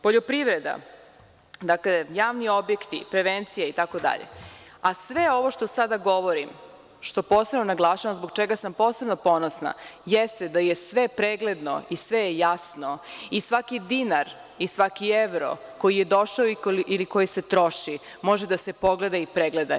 Poljoprivreda, javni objekti, prevencije itd, a sve ovo što sada govorim, što posebno naglašavam, zbog čega sam posebno ponosna, jeste da je sve pregledno i sve jasno i svaki dinar i svaki evro koji je došao ili koji se troši može da se pogleda i pregleda.